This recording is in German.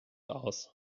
aus